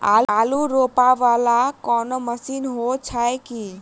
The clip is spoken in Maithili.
आलु रोपा वला कोनो मशीन हो छैय की?